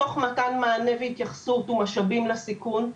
תוך מתן מענה, התייחסות ומשאבים לסיכון.